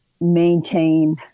maintain